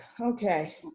Okay